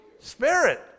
spirit